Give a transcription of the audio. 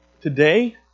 Today